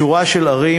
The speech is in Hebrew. בשורה של ערים,